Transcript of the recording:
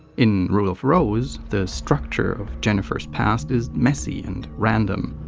in rule of rose, the structure of jennifer's past is messy and random,